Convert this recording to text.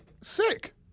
Sick